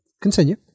Continue